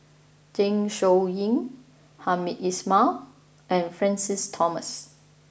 Zeng Shouyin Hamed Ismail and Francis Thomas